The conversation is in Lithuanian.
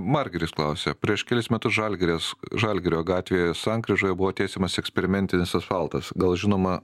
margiris klausia prieš kelis metus žalgiris žalgirio gatvėje sankryžoje buvo tiesiamas eksperimentinis asfaltas gal žinoma